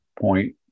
point